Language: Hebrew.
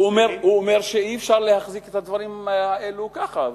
הוא אומר שאי-אפשר להחזיק את הדברים האלו ככה,